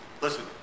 listen